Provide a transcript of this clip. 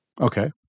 Okay